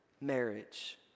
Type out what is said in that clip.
marriage